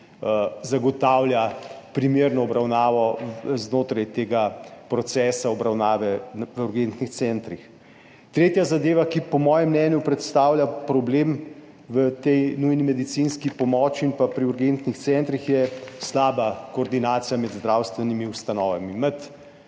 zagotavlja primerno obravnavo znotraj tega procesa obravnave v urgentnih centrih. Tretja zadeva, ki po mojem mnenju predstavlja problem v tej nujni medicinski pomoči in pa pri urgentnih centrih, je slaba koordinacija med zdravstvenimi ustanovami.